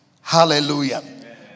Hallelujah